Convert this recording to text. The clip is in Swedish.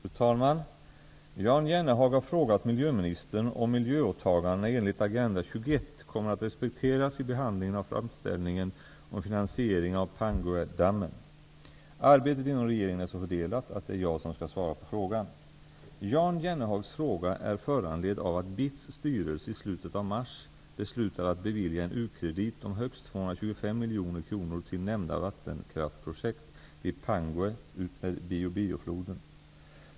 Fru talman! Jan Jennehag har frågat miljöministern om miljöåtagandena enligt Agenda 21 kommer att respekteras vid behandlingen av framställningen om finansiering av Panguedammen. Arbetet inom regeringen är så fördelat att det är jag som skall svara på frågan. Jan Jennehags fråga är föranledd av att BITS styrelse i slutet av mars beslutade att bevilja en ukredit om högst 225 miljoner kronor till nämnda vattenkraftprojekt vid Pangue utmed Bio-Bio floden.